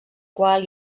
qual